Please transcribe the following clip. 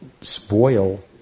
spoil